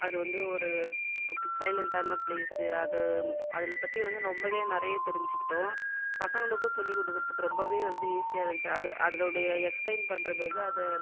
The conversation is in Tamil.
அது வந்து ஒரு சை சைலன்ட்டான பிளேஸ்ஸு அது அதில் பற்றி வந்து ரொம்பவே நிறைய தெரிஞ்சுக்கிட்டோம் பசங்களுக்கும் சொல்லி கொடுக்குறதுக்கு ரொம்பவே வந்து ஈஸியாக இருந்துச்சி அதை அதனுடைய எக்ஸ்பிளேன் பண்ணுறது வந்து அதை